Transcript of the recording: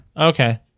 Okay